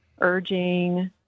urging